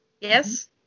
Yes